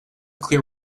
clear